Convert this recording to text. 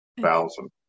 thousand